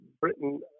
Britain